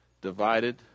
divided